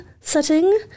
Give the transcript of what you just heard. setting